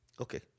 Okay